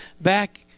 back